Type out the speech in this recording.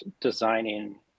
designing